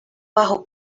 bajó